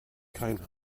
keine